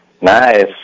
Nice